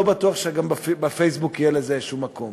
לא בטוח שגם בפייסבוק יהיה לזה איזה מקום.